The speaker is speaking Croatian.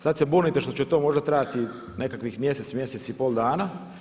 Sad se bunite što će to možda trajati nekakvih mjesec, mjesec i pol dana.